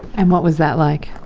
and what was that like?